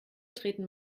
treten